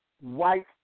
white